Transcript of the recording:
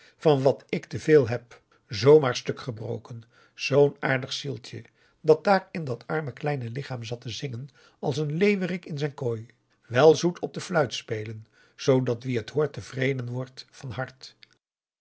van wat ik te veel heb zoo maar stuk gebroken zoo'n aardig zieltje dat daar in dat arme kleine lichaam zat te zingen als een leeuwerik in zijn kooi wel zoet op de fluit spelen zoodat wie het hoort tevreden wordt van hart